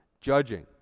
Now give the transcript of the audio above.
judging